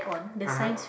(uh huh)